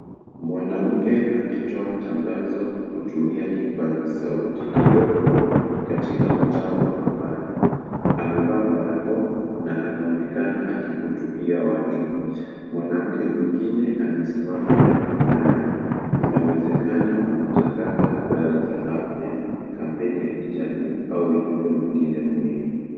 Mwanamke akitoa tangazo kutumia kipaza sauti kidogo katika mtaa wa mabanda. Amevaa barakoa na anaonekana akihutubia watu. Mwanamke mwingine anasimama karibu naye. Inawezekana wanatangaza habari za afya, kampeni ya kijamii au ujumbe mwingine muhimu.